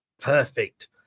Perfect